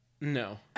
No